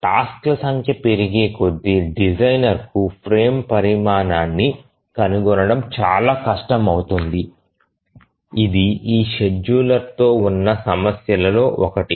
task ల సంఖ్య పెరిగేకొద్దీ డిజైనర్కు ఫ్రేమ్ పరిమాణాన్ని కనుగొనడం చాలా కష్టమవుతుంది ఇది ఈ షెడ్యూలర్తో ఉన్న సమస్యలలో ఒకటి